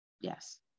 Yes